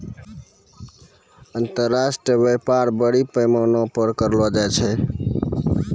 अन्तर्राष्ट्रिय व्यापार बरड़ी पैमाना पर करलो जाय रहलो छै